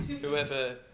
whoever